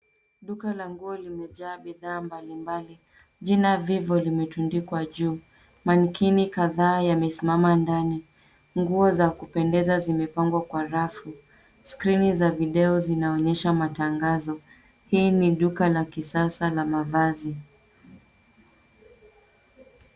Duka la nguo limejaa bidhaa mbali mbali. Jina Vivo limetundikwa juu. Manekini kadhaa yamesimama ndani. Nguo za kupendeza zimepangwa kwa rafu. Skirini za video zinaonyesha matangazo. Hii ni duka la kisasa la mavazi.